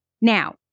Now